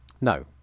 No